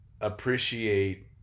appreciate